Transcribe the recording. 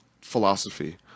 philosophy